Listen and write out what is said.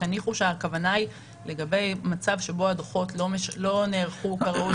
תניחו שהכוונה היא לגבי מצב שבו הדוחות לא נערכו כראוי.